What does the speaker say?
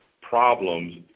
problems